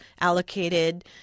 allocated